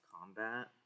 combat